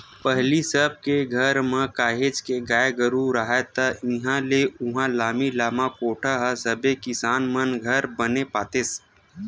पहिली सब के घर म काहेच के गाय गरु राहय ता इहाँ ले उहाँ लामी लामा कोठा ह सबे किसान मन घर बने पातेस